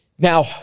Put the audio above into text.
Now